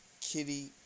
Kitty